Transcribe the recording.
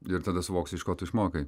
ir tada suvoksi iš ko tu išmokai